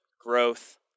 growth